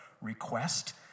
request